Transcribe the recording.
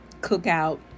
cookout